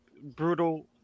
brutal